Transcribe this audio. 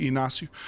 Inácio